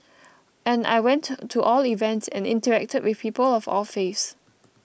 and I went to all events and interacted with people of all faiths